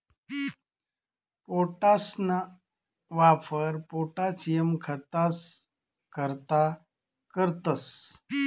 पोटाशना वापर पोटाशियम खतंस करता करतंस